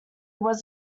was